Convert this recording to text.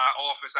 office